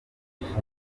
yashize